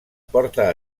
porta